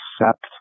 accept